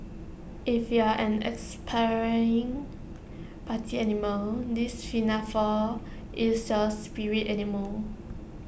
if you're an aspiring party animal this is your spirit animal